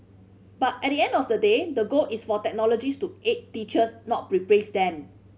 but at the end of the day the goal is for technologies to aid teachers not replace them